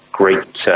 great